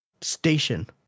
station